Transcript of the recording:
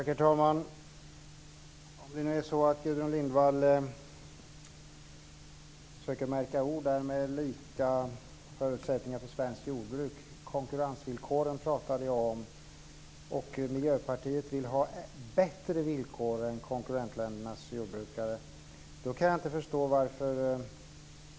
Herr talman! Gudrun Lindvall försöker märka ord och talar om lika förutsättningar för svenskt jordbruk. Vi talar då om konkurrensvillkoren. Miljöpartiet vill ha bättre villkor för Sveriges jordbrukare än för konkurrentländernas jordbrukare.